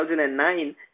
2009